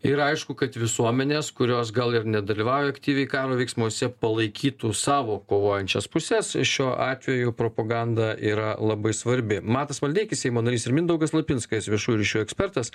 ir aišku kad visuomenės kurios gal ir nedalyvauja aktyviai karo veiksmuose palaikytų savo kovojančias puses šiuo atveju propaganda yra labai svarbi matas maldeikis seimo narys ir mindaugas lapinskas viešųjų ryšių ekspertas